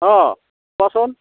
অঁ কোৱাচোন